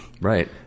Right